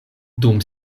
dum